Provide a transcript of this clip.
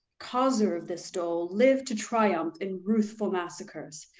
causer of this dole, live to triumph in ruthful massacres.